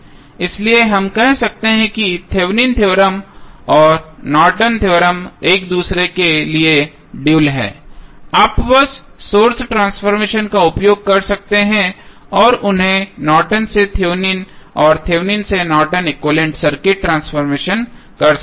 इसलिए हम कह सकते हैं कि थेवेनिन थ्योरम Thevenins theorem और नॉर्टन थ्योरम Nortons Theorem एक दूसरे के लिए ड्यूल हैं आप बस सोर्स ट्रांसफॉर्मेशन का उपयोग कर सकते हैं और उन्हें नॉर्टन से थेवेनिन और थेवेनिन से Norton equivalent circuit Nortons equivalent circuit transformation कर सकते हैं